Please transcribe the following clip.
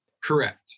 Correct